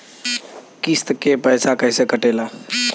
किस्त के पैसा कैसे कटेला?